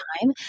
time